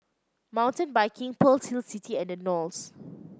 Mountain Biking Pearl's Hill City and The Knolls